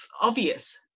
obvious